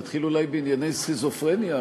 נתחיל אולי בענייני סכיזופרניה.